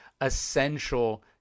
essential